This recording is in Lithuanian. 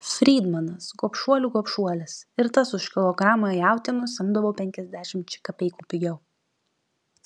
fridmanas gobšuolių gobšuolis ir tas už kilogramą jautienos imdavo penkiasdešimčia kapeikų pigiau